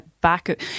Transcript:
back